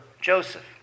Joseph